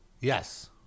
Yes